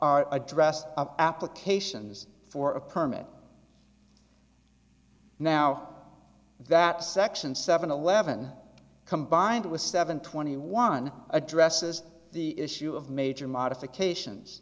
are addressed applications for a permit now that section seven eleven combined with seven twenty one addresses the issue of major modifications